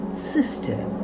sister